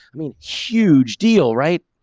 i mean huge deal, right?